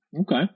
Okay